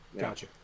Gotcha